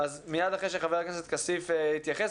אז מייד אחרי שחבר הכנסת כסיף יתייחס,